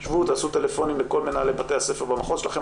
שבו, תעשו טלפונים לכל מנהלי בתי הספר במחוז שלכם.